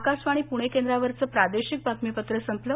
आकाशवाणी पूणे केंद्रावरचं प्रादेशिक बातमीपत्र संपलं